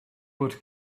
would